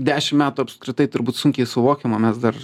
dešim metų apskritai turbūt sunkiai suvokiama mes dar